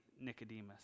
Nicodemus